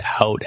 out